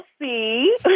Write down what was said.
see